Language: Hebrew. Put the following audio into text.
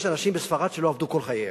יש אנשים בספרד שלא עבדו כל חייהם,